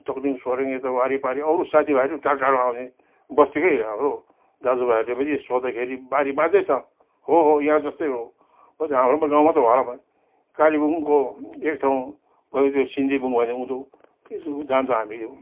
टक्लिङ सोरेङ यता वारिपारि अरू साथी भाइहरू टाड् टाडो आउँथे बस्तीकै हाम्रो दाजु भाइहरूले पनि सोद्धाखेरि बारी बाँझै छ हो हो यहाँ जस्तै हो म त हाम्रोमा गाउँ मात्रै होला भन कालेबुङको एक ठाउँ त्यो सिन्देबुङ भन्ने उँधो जाँदा हामी